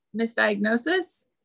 misdiagnosis